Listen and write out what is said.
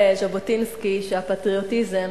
אמר ז'בוטינסקי שהפטריוטיזם